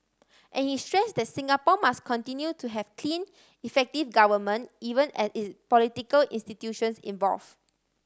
and he stress that Singapore must continue to have clean effective government even as its political institutions evolve